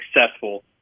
successful